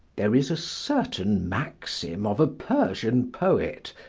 there is a certain maxim of a persian poet,